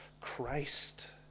Christ